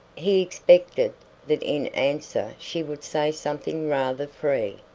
he expected that in answer she would say something rather free,